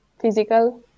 physical